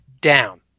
down